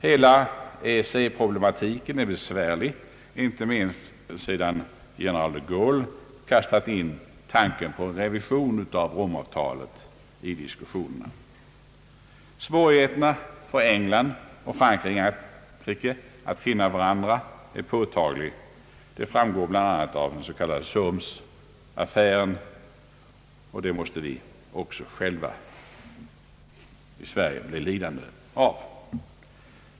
Hela EEC-problematiken är besvärlig, inte minst sedan general de Gaulle kastat in tanken på en revision av Romavtalet i diskussionen. Svårigheterna för England och Frankrike att finna varandra är påtagliga. Det framgår bl.a. av den s.k. Soamesaffären, och det måste vi också i Sverige själva bli lidande av.